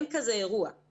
צוהריים טובים.